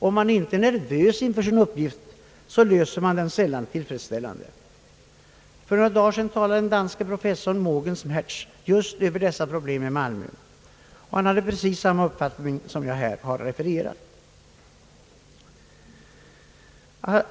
Om man inte är nervös inför en uppgift löser man den sällan tillfredsställande. För några dagar sedan talade den danske professorn Mogens Hertz just över dessa problem i Malmö. Han hade exakt samma uppfattning som jag här har givit till känna.